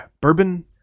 bourbon